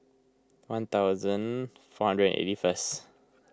one thousand four hundred and eighty first